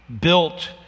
built